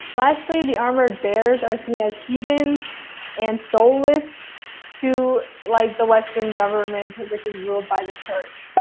lastly, the armored bears are seen as heathens and soulless to like the western government, which is ruled by the church.